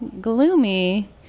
gloomy